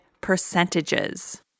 percentages